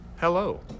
Hello